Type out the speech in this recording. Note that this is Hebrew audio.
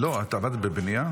לא, את עבדת בבנייה?